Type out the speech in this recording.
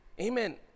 amen